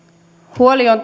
huoli on